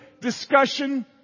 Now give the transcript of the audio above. discussion